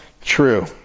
true